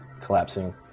collapsing